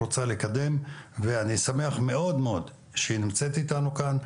היא רוצה לקדם ואני שמח מאוד מאוד שהיא נמצאת איתנו כאן.